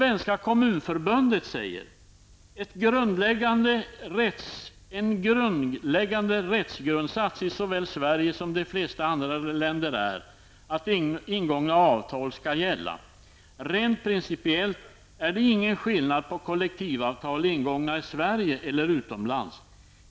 ''En grundläggande rättsgrundsats i såväl Sverige som de flesta andra länder är att ingångna avtal skall gälla. Rent principiellt är det ingen skillnad på kollektivavtal ingångna i Sverige eller utomlands.